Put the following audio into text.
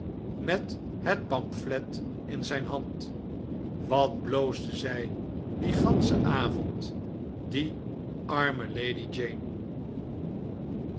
met het pamphlet in zijn hand wat bloosde zij dien ganschen avond die arme lady jane